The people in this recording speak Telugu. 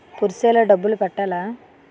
పుర్సె లో డబ్బులు పెట్టలా?